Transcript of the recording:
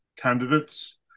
candidates